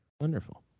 Wonderful